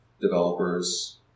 developers